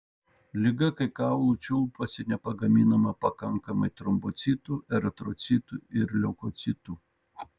liga kai kaulų čiulpuose nepagaminama pakankamai trombocitų eritrocitų ir leukocitų